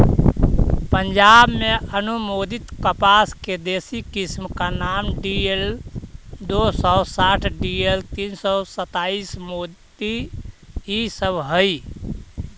पंजाब में अनुमोदित कपास के देशी किस्म का नाम डी.एल दो सौ साठ डी.एल तीन सौ सत्ताईस, मोती इ सब हई